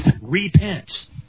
Repent